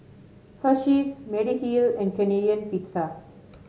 Hersheys Mediheal and Canadian Pizza